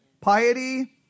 Piety